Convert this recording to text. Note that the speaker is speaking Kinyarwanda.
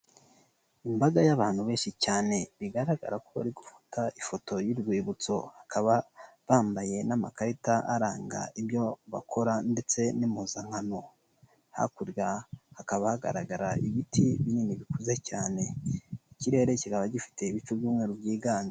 Imbaga y'abantu benshi cyane bigaragara ko bari gufata ifoto y'urwibutso bakaba bambaye n'amakarita aranga ibyo bakora ndetse n'impuzankano. Hakurya hakaba hagaragara ibiti binini bikuze cyane, ikirere kikaba gifite ibicu by'umweru byiganje.